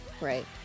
right